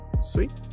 Sweet